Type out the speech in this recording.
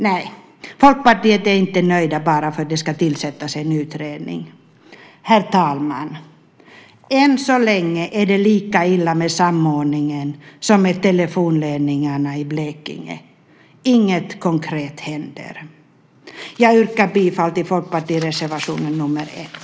Nej, vi i Folkpartiet är inte nöjda bara för att det ska tillsättas en utredning. Herr talman! Än så länge är det lika illa med samordningen som med telefonledningarna i Blekinge: Inget konkret händer. Jag yrkar bifall till folkpartireservationen nr 1.